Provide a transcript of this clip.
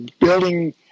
building